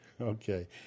Okay